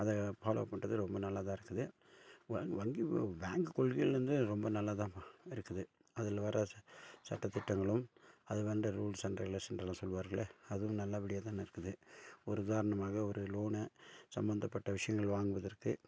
அதை ஃபாலோ பண்ணுறது ரொம்ப நல்லாதான் இருக்குது வ வங்கி பேங்க் கொள்கையில் இருந்து ரொம்ப நல்லாதான் இருக்குது அதில் வர்ற சட்ட திட்டங்களும் அது வந்து ரூல்ஸ் அண்ட் ரெகுலேசன் என்று சொல்வார்கள்லே அதுவும் நல்லபடியாக தான் இருக்குது ஒரு உதாரணமாக ஒரு லோனை சம்பந்தப்பட்ட விஷயங்கள் வாங்குவதற்கு